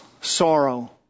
sorrow